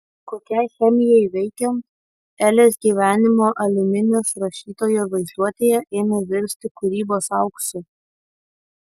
kokiai chemijai veikiant elės gyvenimo aliuminis rašytojo vaizduotėje ėmė virsti kūrybos auksu